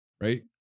right